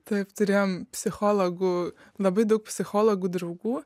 taip turėjom psichologų labai daug psichologų draugų